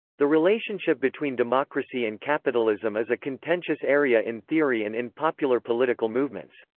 the relationship between democracy and capitalism is a contentious area in theory and in popular political movements.